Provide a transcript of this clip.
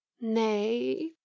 Nay